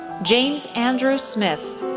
james andrew smith,